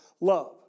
love